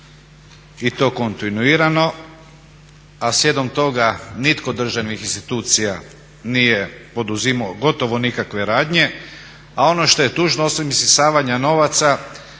i to kontinuirano, a slijedom toga nitko od državnih institucija nije poduzimao gotovo nikakve radnje, a ono što je tužno osim isisavanja novaca